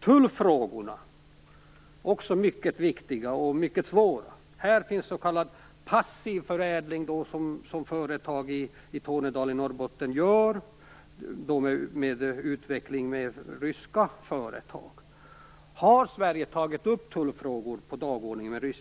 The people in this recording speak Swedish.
Tullfrågorna är också mycket viktiga och mycket svåra. Det finns företag i Tornedalen i Norrbotten som arbetar med s.k. passiv förädling i samarbete med ryska företag. Har Sverige fört upp tullfrågorna med Ryssland på dagordningen?